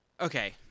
Okay